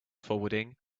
forwarding